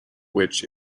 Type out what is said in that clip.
which